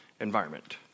environment